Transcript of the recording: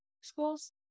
schools